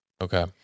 Okay